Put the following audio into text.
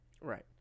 Right